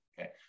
okay